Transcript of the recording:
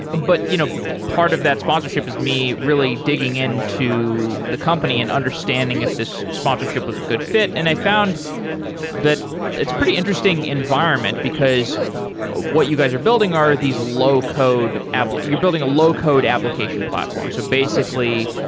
but you know part of that sponsorship is me really digging in to the company and understanding if this sponsorship was a good fit, and i found that it's a pretty interesting environment, because what you guys are building are these low-code like you're building a low-code application platform. so basically,